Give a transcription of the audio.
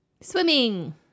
Swimming